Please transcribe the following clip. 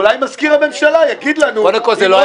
אולי מזכיר הממשלה יגיד לנו אם ראש